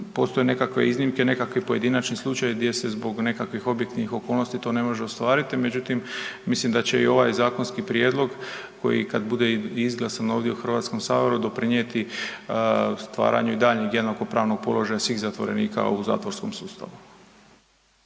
Postoje nekakve iznimke, nekakvi pojedinačni slučajevi gdje se zbog nekakvih objektivnih okolnosti to ne može ostvariti, međutim mislim da će i ovaj zakonski prijedlog koji kad bude izglasan ovdje u Hrvatskom saboru doprinijeti stvaranju i daljnjeg jednakopravnog položaja svih zatvorenika u zatvorskom sustavu.